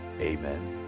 Amen